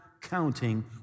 counting